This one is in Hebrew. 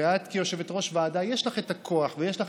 ואת כיושבת-ראש ועדה יש לך הכוח ויש לך